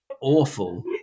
awful